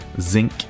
zinc